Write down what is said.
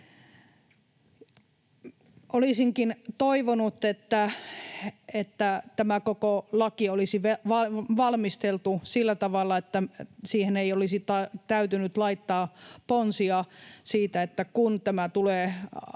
Olisinkin toivonut, että tämä koko laki olisi valmisteltu sillä tavalla, että siihen ei olisi täytynyt laittaa ponsia siitä, että kun tämä tulee